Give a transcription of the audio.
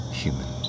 human